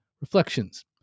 Reflections